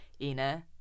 INA